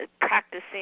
practicing